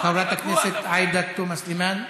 חברת הכנסת עאידה תומא סלימאן.